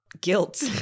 guilt